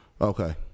Okay